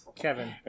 Kevin